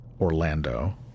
Orlando